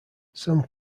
some